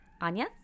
Anya